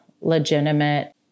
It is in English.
legitimate